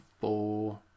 four